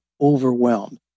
overwhelmed